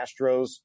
Astros